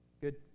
Good